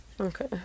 Okay